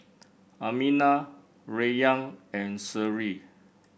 Aminah Rayyan and Seri